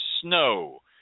snow